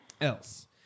else